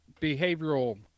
behavioral